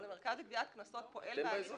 אבל המרכז לגביית קנסות פועל בהליך